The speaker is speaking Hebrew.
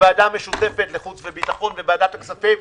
בוועדה משותפת לחוץ וביטחון ו-וועדת הכספים.